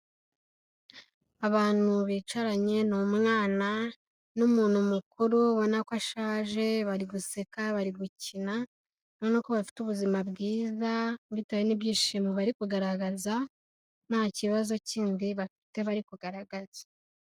Abantu bicaranye, ni umwana n'umuntu mukuru ubona ko ashaje bari guseka, bari gukina ubona ko bafite ubuzima bwiza bitewe n'ibyishimo bari kugaragaza nta kibazo kindi bafite bari kugaragaza.